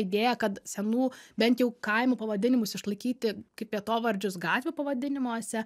idėją kad senų bent jau kaimų pavadinimus išlaikyti kaip vietovardžius gatvių pavadinimuose